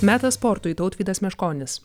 metas sportui tautvydas meškonis